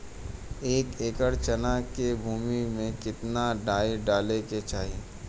एक एकड़ चना के भूमि में कितना डाई डाले के चाही?